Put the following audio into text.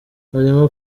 barimo